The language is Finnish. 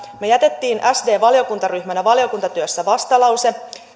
me jätimme sd valiokuntaryhmänä valiokuntatyössä vastalauseen